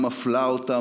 מפלה אותם,